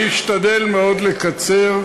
אני אשתדל מאוד לקצר.